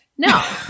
No